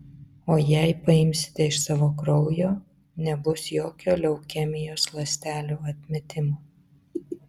o jei paimsite iš savo kraujo nebus jokio leukemijos ląstelių atmetimo